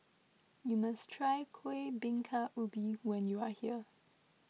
you must try Kueh Bingka Ubi when you are here